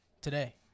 Today